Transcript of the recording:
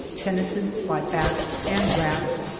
tenanted by bats and rats,